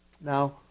Now